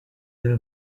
del